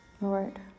Lord